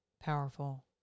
powerful